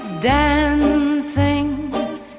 dancing